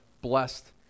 blessed